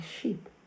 sheep